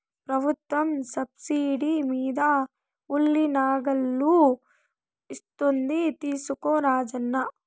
ప్రభుత్వం సబ్సిడీ మీద ఉలి నాగళ్ళు ఇస్తోంది తీసుకో రాజన్న